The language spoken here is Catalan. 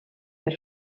per